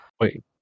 wait